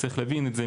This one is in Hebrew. צריך להבין את זה.